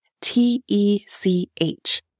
T-E-C-H